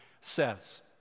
says